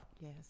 Yes